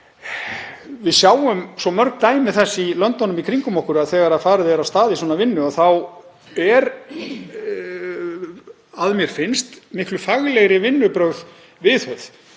að við sjáum svo mörg dæmi þess í löndunum í kringum okkur að þegar farið er af stað í svona vinnu þá eru, að mér finnst, miklu faglegri vinnubrögð viðhöfð.